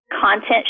content